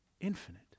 infinite